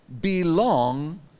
belong